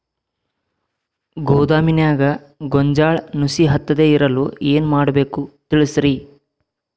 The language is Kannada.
ಗೋದಾಮಿನ್ಯಾಗ ಗೋಂಜಾಳ ನುಸಿ ಹತ್ತದೇ ಇರಲು ಏನು ಮಾಡಬೇಕು ತಿಳಸ್ರಿ